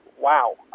wow